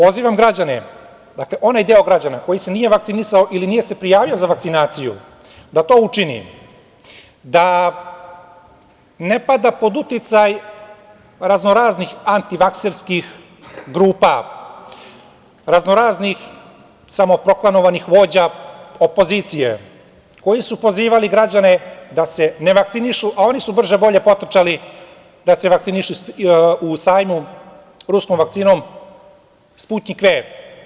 Još jednom, pozivam onaj deo građana koji se nije vakcinisao ili nije se prijavio za vakcinaciju da to učini, da ne pada pod uticaj raznoraznih antivakserskih grupa, raznoraznih samoproklamovanih vođa opozicije, koji su pozivali građane da se ne vakcinišu, a oni su brže-bolje potrčali da se vakcinišu na sajmu ruskom vakcinom " Sputnjik V"